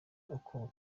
uko